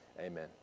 Amen